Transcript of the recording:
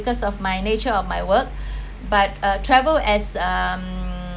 because of my nature of my work but uh travel as um